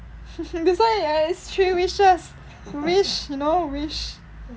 that's why I it's three wishes wish you know wish